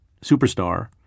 superstar